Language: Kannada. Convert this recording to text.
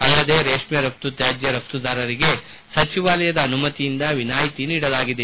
ಅಲ್ಲದೆ ರೇಷ್ಠೆ ರಫ್ತು ತ್ಯಾಜ್ಯ ರಫ್ತುದಾರರಿಗೆ ಸಚಿವಾಲಯದ ಅನುಮತಿಯಿಂದ ವಿನಾಯಿತಿ ನೀಡಲಾಗಿದೆ